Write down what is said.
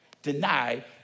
Deny